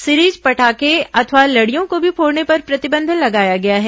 series पटाखे अथवा लड़ियों को भी फोड़ने पर प्रतिबंध लगाया गया है